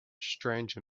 strange